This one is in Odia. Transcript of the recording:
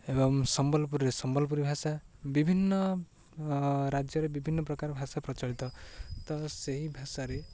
ଏବଂ ସମ୍ବଲପୁରରେ ସମ୍ବଲପୁରୀ ଭାଷା ବିଭିନ୍ନ ରାଜ୍ୟରେ ବିଭିନ୍ନ ପ୍ରକାର ଭାଷା ପ୍ରଚଳିତ ତ ସେହି ଭାଷାରେ